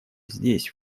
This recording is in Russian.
здесь